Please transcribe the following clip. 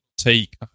Take